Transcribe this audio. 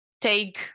take